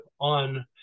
on